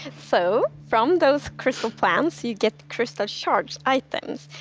so from those crystal plants, you get crystal shard items,